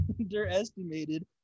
underestimated